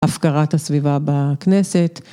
‫הפקרת הסביבה בכנסת.